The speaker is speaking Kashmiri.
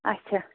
اَچھا